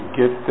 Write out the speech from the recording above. get